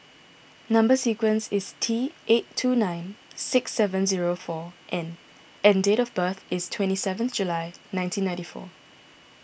Number Sequence is T eight two nine six seven zero four N and date of birth is twenty seven July nineteen ninety four